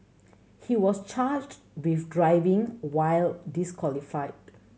he was charged with driving while disqualified